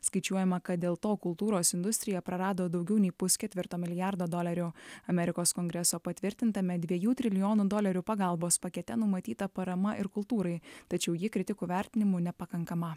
skaičiuojama kad dėl to kultūros industrija prarado daugiau nei pusketvirto milijardo dolerių amerikos kongreso patvirtintame dviejų trilijonų dolerių pagalbos pakete numatyta parama ir kultūrai tačiau ji kritikų vertinimu nepakankama